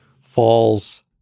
falls